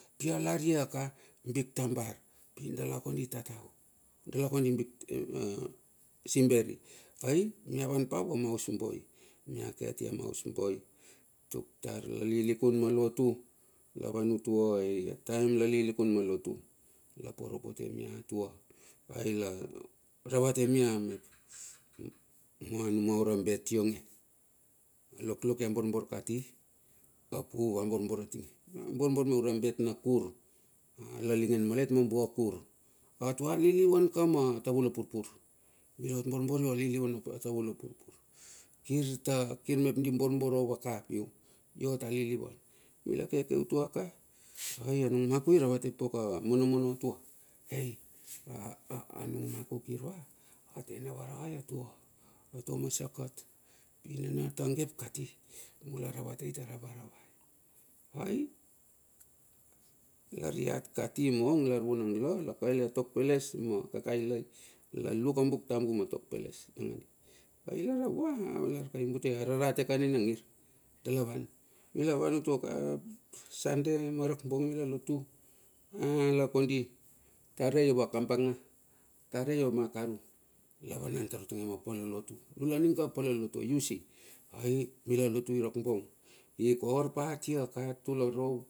Pi alar iaka? Bik tambar, pindala kondi tatau. dala kondi bik, simberi. ai mia wan pa vua ma haus boi, mila ke atia ma haus boi. tuk tar la lilikun ma lotu. Lavan utua, taem la lilikun ma lotu, la poropote mia tua, aila ravate mia mep mua numua ura bet ionge. A loklok ia borbor kati, apu va borbor a tinge, mua borbor meura bet na kur. Alalingen malet ma bua kur, atua lilivan ka ma tavula purpur, dia ot borbor ia liulivan ma tavula purpur. Kirta. kir mep pi borbor ovaka piu, ia ot a lilivan. Ai milake ke utuaka. ai anung maku iravate pauk a monomono atua, anung a maku kirua, ate na varavai atua, atua ma circuit, pinana ta gep kati, mula ravatei tar ia varavai. Ailar i hat kati mong ilar la lakaile a tok peles ma kakailai, la luk a buk tambu ma tok peles nangandi, ai lala kua ai butei a rarate ka nina ngir. Dalavan, mila van utua ai sande ma rakbong mila lotu. Ai lakondi, tare iova kambanga, tare ioma karu, lavan tar utinge ma pala lotu. Nila ning ka pala lotu a u. C. Aimila lotu irakbong.